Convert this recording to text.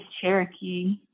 Cherokee